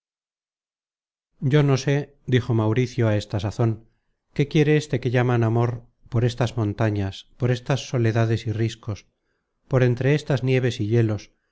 yo no sé dijo mauricio á esta sazon qué quiere éste que llaman amor por estas montañas por estas soledades y riscos por entre estas nieves y hielos